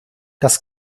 das